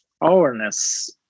awareness